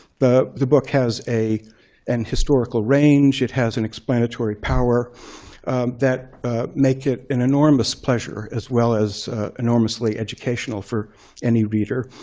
the the book has a and historical range. it has an explanatory power that make it an enormous pleasure as well as enormously educational for any reader.